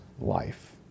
life